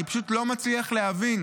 אני פשוט לא מצליח להבין.